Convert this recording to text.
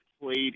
played